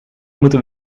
moeten